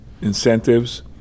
incentives